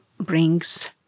brings